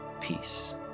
peace